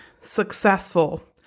successful